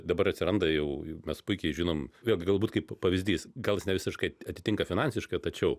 dabar atsiranda jau mes puikiai žinom vėlgi galbūt kaip pavyzdys gal jis nevisiškai atitinka finansiškai tačiau